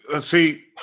See